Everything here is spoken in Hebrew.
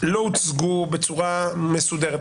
לא הוצגו בצורה מסודרת.